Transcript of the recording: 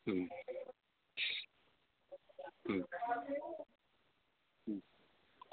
മ് മ് മ്